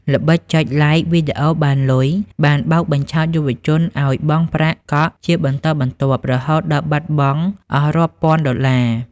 ល្បិច "ចុច Like វីដេអូបានលុយ" បានបោកបញ្ឆោតយុវជនឱ្យបង់ប្រាក់កក់ជាបន្តបន្ទាប់ រហូតដល់បាត់បង់អស់រាប់ពាន់ដុល្លារ។